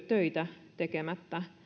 töitä tekemättä